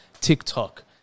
TikTok